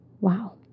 Wow